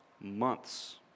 Months